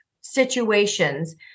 situations